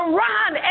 run